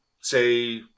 say